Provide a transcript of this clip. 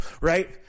right